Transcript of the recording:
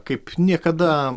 kaip niekada